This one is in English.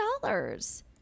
dollars